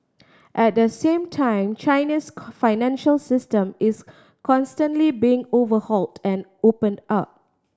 at the same time China's financial system is constantly being overhauled and opened up